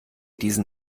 diesen